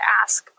ask